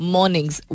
Mornings